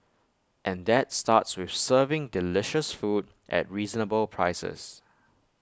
and that starts with serving delicious food at reasonable prices